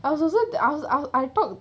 I was also I I I talked